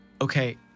Okay